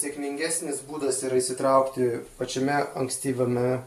sėkmingesnis būdas yra įsitraukti pačiame ankstyvame